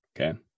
okay